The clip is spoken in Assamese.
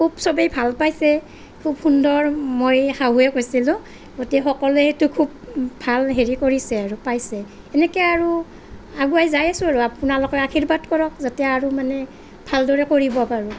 খুব চবেই ভাল পাইছে খুব সুন্দৰ মই শাহুৱেক হৈছিলোঁ গোটেই সকলোৱেতো খুব ভাল হেৰি কৰিছে আৰু পাইছে সেনেকে আৰু আগুৱাই যাই আছোঁ আৰু আপোনালোকে আশীৰ্বাদ কৰক যাতে আৰু মানে ভালদৰে কৰিব পাৰোঁ